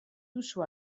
duzu